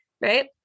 Right